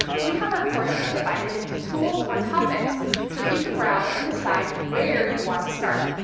we have our courses divided into tools or topics so that you can browse and decide where you want to start.